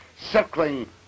circling